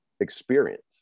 experience